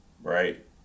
right